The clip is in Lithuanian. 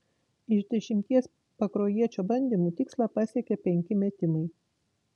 iš dešimties pakruojiečio bandymų tikslą pasiekė penki metimai